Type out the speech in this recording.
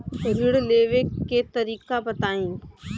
ऋण लेवे के तरीका बताई?